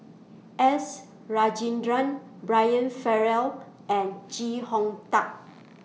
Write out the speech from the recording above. S Rajendran Brian Farrell and Chee Hong Tat